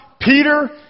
Peter